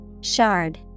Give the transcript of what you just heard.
Shard